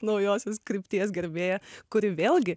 naujosios krypties gerbėja kuri vėlgi